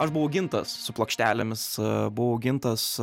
aš buvau augintas su plokštelėmis buvau augintas